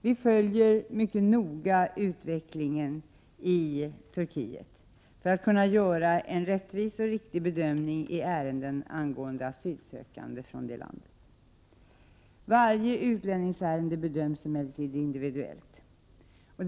Vi följer mycket noga utvecklingen i Turkiet för att kunna göra en rättvis och riktig bedömning i ärenden angående asylsökande från detta land. Varje utlänningsärende bedöms emellertid individuellt.